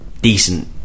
decent